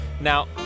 Now